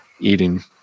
eating